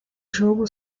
jogo